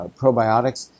probiotics